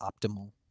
optimal